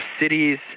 cities